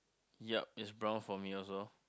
yup is brown for me also